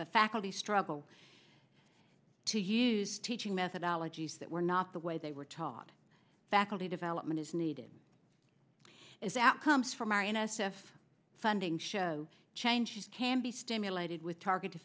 the faculty struggle to use teaching methodology that were not the way they were taught faculty development is needed is that comes from our n s f funding show changes can be stimulated with targeted